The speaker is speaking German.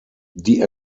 die